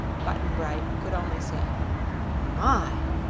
button-bright could only say my!